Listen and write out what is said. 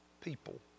people